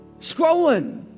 Scrolling